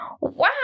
wow